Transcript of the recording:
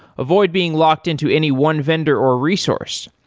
avoid being locked into any one vendor or resource.